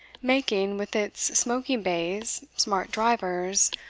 making, with its smoking bays, smart drivers,